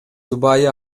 жубайы